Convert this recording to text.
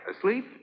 asleep